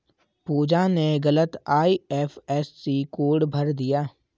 पूजा ने गलत IFSC code भर दिया